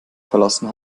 verlassen